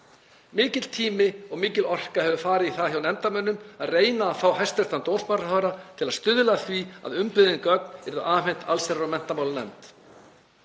Mikill tími og mikil orka hefur farið í það hjá nefndarmönnum að reyna að fá hæstv. dómsmálaráðherra til að stuðla að því að umbeðin gögn yrðu afhent allsherjar- og menntamálanefnd.